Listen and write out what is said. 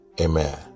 Amen